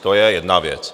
To je jedna věc.